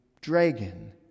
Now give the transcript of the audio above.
dragon